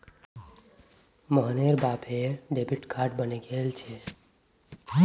मोहनेर बापेर debit card बने गेल छे